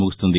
ముగుస్తుంది